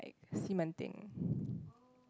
like Xi Men Ding